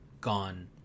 gone